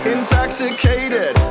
Intoxicated